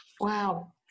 Wow